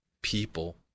people